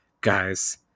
guys